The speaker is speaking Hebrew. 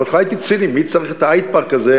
אז בהתחלה הייתי ציני, מי צריך את ההייד-פארק הזה?